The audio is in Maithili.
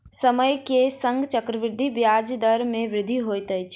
समय के संग चक्रवृद्धि ब्याज दर मे वृद्धि होइत अछि